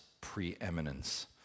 preeminence